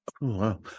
wow